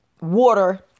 water